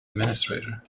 administrator